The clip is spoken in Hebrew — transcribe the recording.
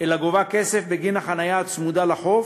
אלא גובה כסף בגין החניה הצמודה לחוף,